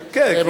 כן,